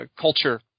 culture